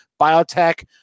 biotech